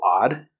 odd